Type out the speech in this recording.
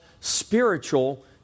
spiritual